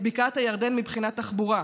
את בקעת הירדן מבחינת תחבורה,